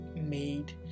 made